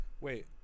Wait